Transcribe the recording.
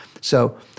So-